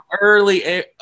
early